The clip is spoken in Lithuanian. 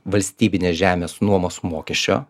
valstybinės žemės nuomos mokesčio